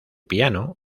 piano